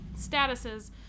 statuses